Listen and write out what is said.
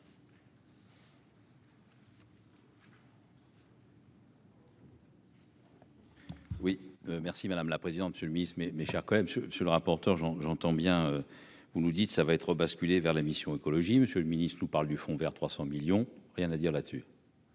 merci madame la présidente, monsieur le Ministre, mes, mes chers quand même ce monsieur le rapporteur Jean, j'entends bien, vous nous dites ça va être basculé vers la mission Écologie Monsieur le Ministre, nous parle du fond Vert 300 millions rien à dire là-dessus.